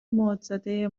موجزده